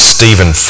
Stephen